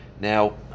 Now